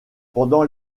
pendant